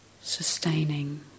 sustaining